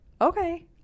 okay